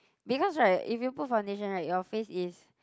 because right if you put foundation right your face is